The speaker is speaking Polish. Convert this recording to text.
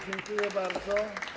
Dziękuję bardzo.